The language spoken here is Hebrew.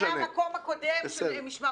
אם יש כתבה,